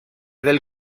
del